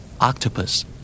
Octopus